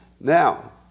Now